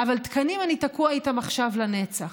אבל תקנים, אני תקוע איתם עכשיו לנצח.